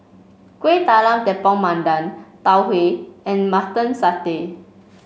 Kueh Talam Tepong Pandan Tau Huay and Mutton Satay